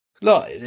Look